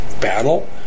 battle